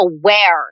aware